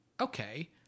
Okay